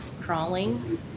crawling